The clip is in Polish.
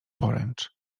poręcz